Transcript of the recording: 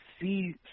see